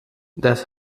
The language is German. das